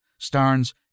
Starnes